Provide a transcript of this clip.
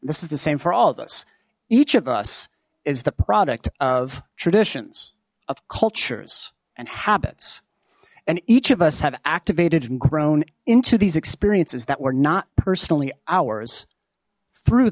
this is the same for all of us each of us is the product of traditions of cultures and habits and each of us have activated and grown into these experiences that were not personally ours through